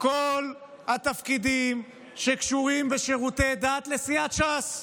כל התפקידים שקשורים בשירותי הדת לסיעת ש"ס,